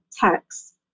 text